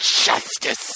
Justice